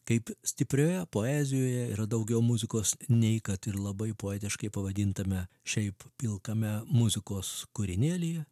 kaip stiprioje poezijoje yra daugiau muzikos nei kad ir labai poetiškai pavadintame šiaip pilkame muzikos kūrinėlyje